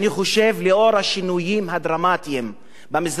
לאור השינויים הדרמטיים במזרח התיכון,